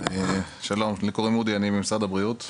שלום, שמי אודי ואני ממשרד הבריאות.